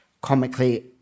comically